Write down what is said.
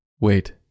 Wait